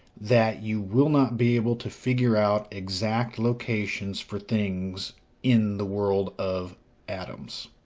that you will not be able to figure out exact locations for things in the world of atoms.